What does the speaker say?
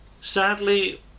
Sadly